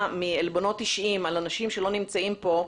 מעלבונות אישיים על אנשים שלא נמצאים כאן,